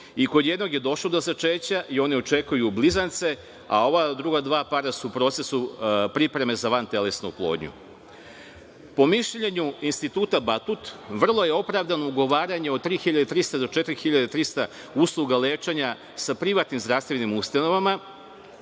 i kod jednog je došlo do začeća i oni očekuju blizance, a ova druga dva para su u procesu pripreme za vantelesnu oplodnju. Po mišljenju Instituta „Batut“, vrlo je opravdano ugovaranje o 3.300 do 4.300 usluga lečenja sa privatnim zdravstvenim ustanovama